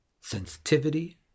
sensitivity